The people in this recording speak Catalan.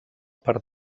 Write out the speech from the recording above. per